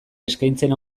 eskaintzen